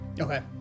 Okay